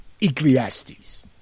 Ecclesiastes